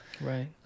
Right